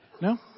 No